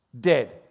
dead